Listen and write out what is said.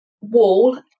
wall